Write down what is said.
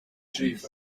chief